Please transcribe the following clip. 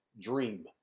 dream